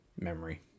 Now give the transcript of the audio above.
memory